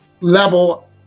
level